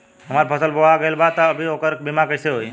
हमार फसल बोवा गएल बा तब अभी से ओकर बीमा कइसे होई?